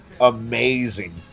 amazing